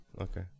okay